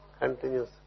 continues